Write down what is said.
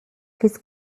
his